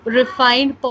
refined